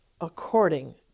according